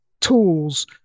tools